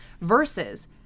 versus